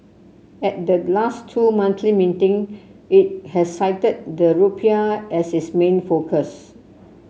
at the last two monthly meeting it has cited the rupiah as its main focus